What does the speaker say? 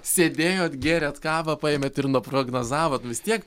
sėdėjot gėrėt kavą paėmėt ir nuprognozavot vis tiek